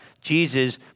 Jesus